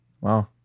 wow